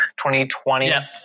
2020